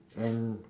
and